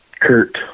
Kurt